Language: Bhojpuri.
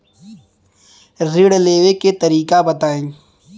ऋण लेवे के तरीका बताई?